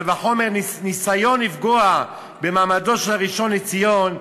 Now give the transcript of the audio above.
קל וחומר ניסיון לפגוע במעמדו של הראשון לציון,